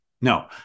No